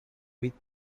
with